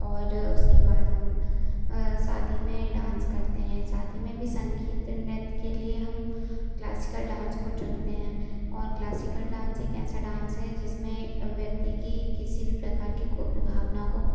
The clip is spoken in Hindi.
और उसके बाद हम शादी में डांस करते हैं शादी में भी संगीत नृत्य के लिए हम क्लासिकल डांस को चुनते हैं और क्लासिकल डांस एक ऐसा डांस है जिसमें व्यक्ति की किसी भी प्रकार की कोई भी भावनाओं को